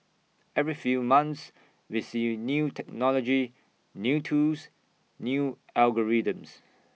every few months we see new technology new tools new algorithms